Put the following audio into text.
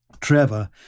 Trevor